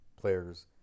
players